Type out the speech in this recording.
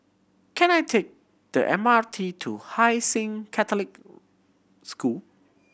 can I take the M R T to Hai Sing Catholic School